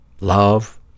love